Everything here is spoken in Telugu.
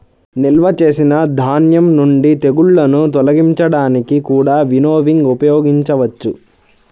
నిల్వ చేసిన ధాన్యం నుండి తెగుళ్ళను తొలగించడానికి కూడా వినోవింగ్ ఉపయోగించవచ్చు